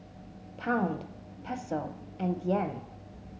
Pound Peso and Yen